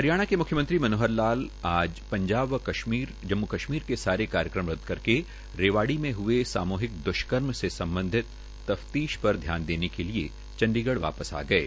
हरियाणा के म्ख्यमंत्री मनोहर लाल आज पंजाब व जम्मू कश्मीर के सारे कार्यक्रम रद्द करके रेवाड़ी करके रेवाड़ी में हुए सामूहिक दुष्कर्म से सम्बधित तफतीश पर ध्यान देने के लिए चंडीगढ़ वापस आ गये